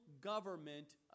government